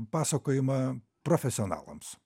pasakojimą profesionalams